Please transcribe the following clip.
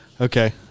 Okay